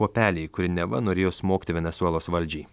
kuopelei kuri neva norėjo smogti venesuelos valdžiai